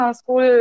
school